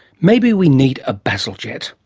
maybe we need a bazalgette.